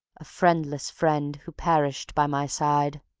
a friendless friend who perished by my side.